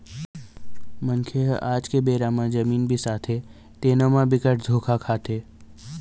मनखे ह आज के बेरा म जमीन बिसाथे तेनो म बिकट धोखा खाथे